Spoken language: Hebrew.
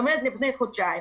כלומר לפני חודשיים.